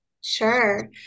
Sure